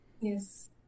yes